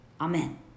Amen